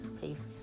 Peace